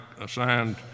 assigned